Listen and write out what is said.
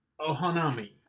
ohanami